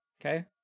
Okay